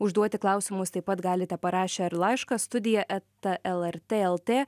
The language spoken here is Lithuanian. užduoti klausimus taip pat galite parašę ir laišką studija eta lrt lt